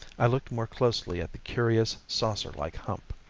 i looked more closely at the curious, saucerlike hump.